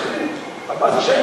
14 שקל,